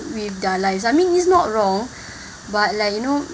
with their life I mean it's not wrong but like you know